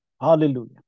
Hallelujah